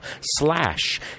slash